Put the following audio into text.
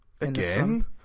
again